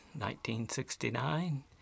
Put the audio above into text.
1969